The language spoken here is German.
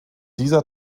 dieser